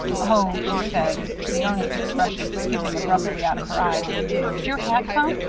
oh, she said, the earnest expression skipping abruptly out of her eyes did your hat come?